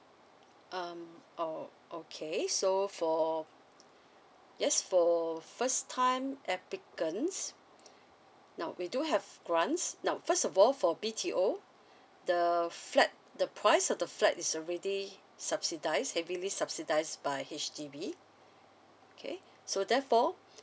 um oh okay so for yes for first time applicants now we do have grants now first of all for B_T_O the flat the price of the flight is already subsidised heavily subsidised by H_D_B okay so therefore